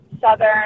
Southern